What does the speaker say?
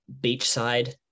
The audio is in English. beachside